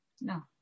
No